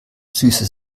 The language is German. süße